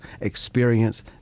experience